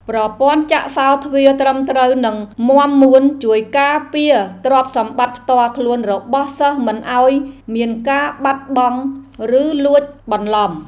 ប្រព័ន្ធចាក់សោរទ្វារត្រឹមត្រូវនិងមាំមួនជួយការពារទ្រព្យសម្បត្តិផ្ទាល់ខ្លួនរបស់សិស្សមិនឱ្យមានការបាត់បង់ឬលួចបន្លំ។